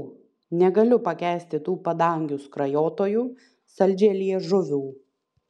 ū negaliu pakęsti tų padangių skrajotojų saldžialiežuvių